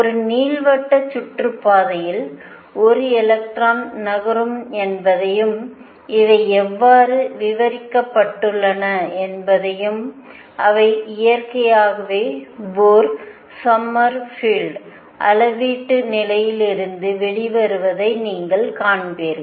ஒரு நீள்வட்ட சுற்றுப்பாதையில் ஒரு எலக்ட்ரான் நகரும் என்பதையும் இவை எவ்வாறு விவரிக்கப்பட்டுள்ளன என்பதையும் அவை இயற்கையாகவே போர் சோமர்ஃபெல்ட் அளவீட்டு நிலையிலிருந்து வெளிவருவதை நீங்கள் காண்பீர்கள்